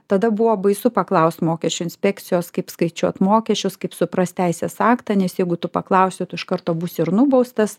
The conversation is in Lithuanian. tada buvo baisu paklaust mokesčių inspekcijos kaip skaičiuot mokesčius kaip suprast teisės aktą nes jeigu tu paklausi tu iš karto būsi ir nubaustas